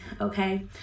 okay